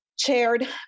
chaired